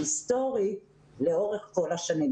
היסטורי לאורך כל השנים,